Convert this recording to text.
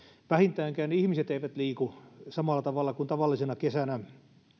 vähintäänkään ihmiset eivät liiku samalla tavalla kuin tavallisena kesänä